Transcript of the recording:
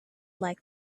like